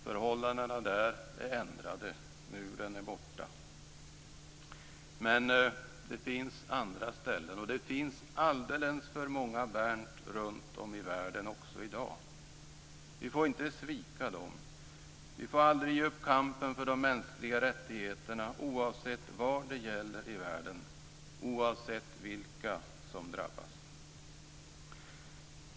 Förhållandena där är ändrade - muren är borta. Men det finns alldeles för många Bernd runtom i världen också i dag. Vi får inte svika dem. Vi får aldrig ge upp kampen för de mänskliga rättigheterna, oavsett var det gäller i världen, oavsett vilka som drabbas.